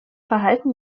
verhalten